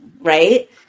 right